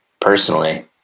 Personally